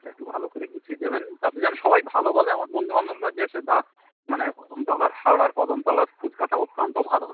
একটু ভালো করে গুছিয়ে দেবেন তাতে যেন সবাই ভালো বলে আমার বন্ধু বান্ধবরা যে বাহ মানে কদমতলার হাওড়ার কদমতলার ফুচকাটাও অত্যন্ত ভালো